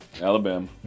Alabama